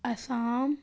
Assam